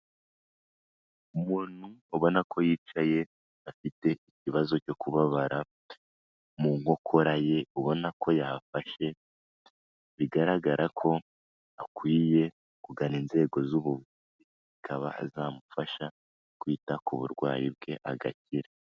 Umuntu ubona ko yicaye afite ikibazo cyo kubabara mu nkokora ye, ubona ko yahafashe, bigaragara ko akwiye kugana inzego z'ubuvuzi, zikaba zamufasha kwita ku burwayi bwe agakira.